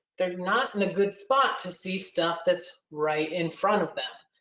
they're not in a good spot to see stuff that's right in front of them.